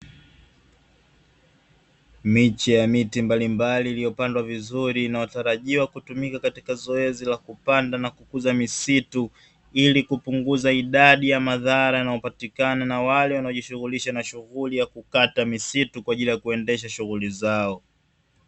Miche ya miti mbalimbali iliyopandwa vizuri na inatarajiwa kutumika katika zoezi la kupanda na kukuza misitu, ili kupunguza idadi ya madhara na hupatikana na wale wanaojishughulisha na shughuli ya kukata misitu kwa ajili ya kuendesha shughuli zao.